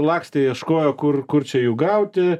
lakstė ieškojo kur kur čia jų gauti